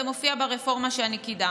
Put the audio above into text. זה מופיע ברפורמה שאני קידמתי.